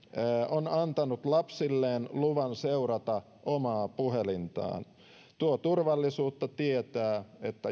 on antanut lapsilleen luvan seurata omaa puhelintaan tuo turvallisuutta tietää että